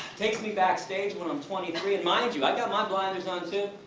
takes me backstage when i'm twenty three. and mind you, i got my blinders on too,